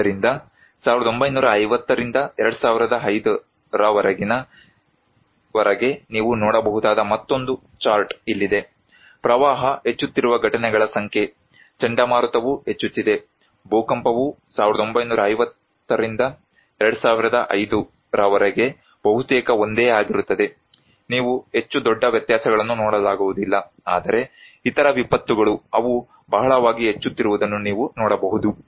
ಆದ್ದರಿಂದ 1950 ರಿಂದ 2005 ರವರೆಗೆ ನೀವು ನೋಡಬಹುದಾದ ಮತ್ತೊಂದು ಚಾರ್ಟ್ ಇಲ್ಲಿದೆ ಪ್ರವಾಹ ಹೆಚ್ಚುತ್ತಿರುವ ಘಟನೆಗಳ ಸಂಖ್ಯೆ ಚಂಡಮಾರುತವೂ ಹೆಚ್ಚುತ್ತಿದೆ ಭೂಕಂಪವು 1950 ರಿಂದ 2005 ರವರೆಗೆ ಬಹುತೇಕ ಒಂದೇ ಆಗಿರುತ್ತದೆ ನೀವು ಹೆಚ್ಚು ದೊಡ್ಡ ವ್ಯತ್ಯಾಸಗಳನ್ನು ನೋಡಲಾಗುವುದಿಲ್ಲ ಆದರೆ ಇತರ ವಿಪತ್ತುಗಳು ಅವು ಬಹಳವಾಗಿ ಹೆಚ್ಚುತ್ತಿರುವುದನ್ನು ನೀವು ನೋಡಬಹುದು